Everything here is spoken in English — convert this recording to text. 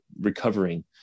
recovering